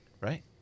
right